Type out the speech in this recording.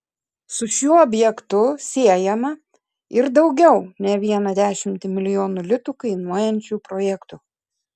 su šiuo objektu siejama ir daugiau ne vieną dešimtį milijonų litų kainuojančių projektų